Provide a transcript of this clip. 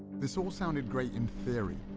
this all sounded great in theory,